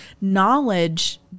knowledge